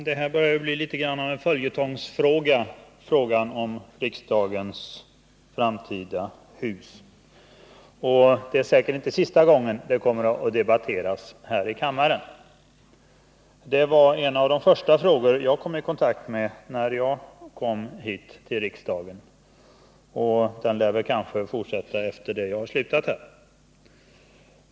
Herr talman! Frågan om riksdagens framtida hus börjar bli något av en följetong, och detta är säkerligen inte sista gången den debatteras här i kammaren. Riksdagshusfrågan var en av de första frågor jag fick kontakt med när jag kom till riksdagen, och frågan kommer kanske att debatteras även efter det att jag har slutat här.